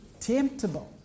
Temptable